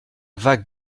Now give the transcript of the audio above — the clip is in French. vague